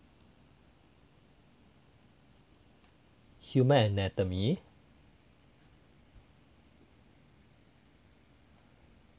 human anatomy